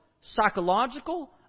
psychological